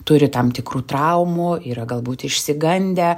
turi tam tikrų traumų yra galbūt išsigandę